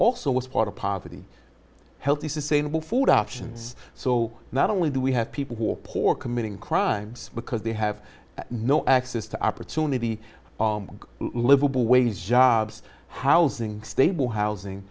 also was part of poverty healthy sustainable food options so not only do we have people who are poor committing crimes because they have no access to opportunity livable wage jobs housing stable housing